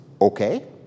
Okay